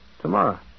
Tomorrow